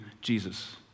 Jesus